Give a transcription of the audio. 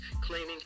claiming